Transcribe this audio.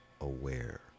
aware